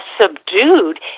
subdued